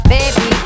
Baby